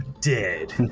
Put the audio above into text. dead